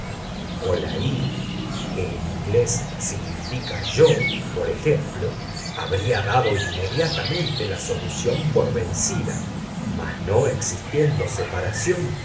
era muy probable a un una o i yo por ejemplo habría dado inmediatamente la solución por vencida mas no existiendo separación